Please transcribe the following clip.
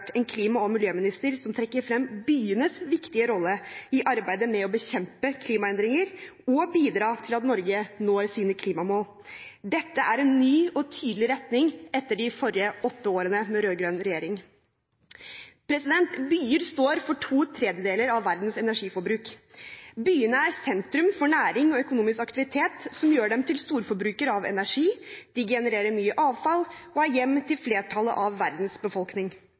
en klima- og miljøminister som trekker frem byenes viktige rolle i arbeidet med å bekjempe klimaendringer og bidra til at Norge når sine klimamål. Dette er en ny og tydelig retning etter de åtte årene med rød-grønn regjering. Byer står for to tredjedeler av verdens energiforbruk. Byene er sentrum for næring og økonomisk aktivitet, som gjør dem til storforbrukere av energi. De genererer mye avfall og er hjem til flertallet av verdens befolkning.